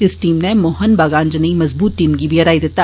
इस टीम नै मोहन बागान जनेई मजबूत टीम गी हराई दिता